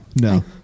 no